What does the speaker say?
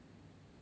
sorry